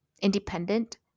independent